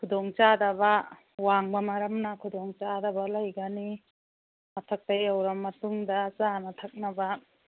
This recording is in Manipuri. ꯈꯨꯗꯣꯡ ꯆꯥꯗꯕ ꯋꯥꯡꯕ ꯃꯔꯝꯅ ꯈꯨꯗꯣꯡ ꯆꯥꯗꯕ ꯂꯩꯒꯅꯤ ꯃꯊꯛꯇ ꯌꯧꯔ ꯃꯇꯨꯡꯗ ꯆꯥꯅ ꯊꯛꯅꯕ